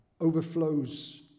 overflows